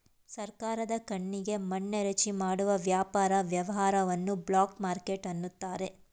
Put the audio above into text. ಸರ್ಕಾರದ ಕಣ್ಣಿಗೆ ಮಣ್ಣೆರಚಿ ಮಾಡುವ ವ್ಯಾಪಾರ ವ್ಯವಹಾರವನ್ನು ಬ್ಲಾಕ್ ಮಾರ್ಕೆಟ್ ಅನ್ನುತಾರೆ